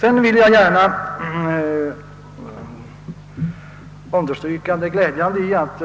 Sedan vill jag gärna understryka det glädjande i att